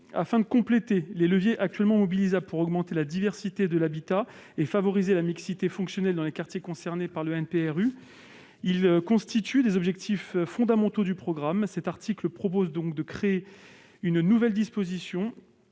Afin de compléter les leviers actuellement mobilisables pour augmenter la diversité de l'habitat et favoriser la mixité fonctionnelle dans les quartiers concernés par le NPNRU, qui constituent des objectifs fondamentaux du programme, cet article propose de créer une nouvelle disposition